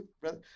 brother